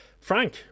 Frank